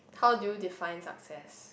how do you define success